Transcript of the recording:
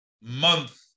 month